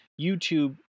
YouTube